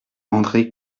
andré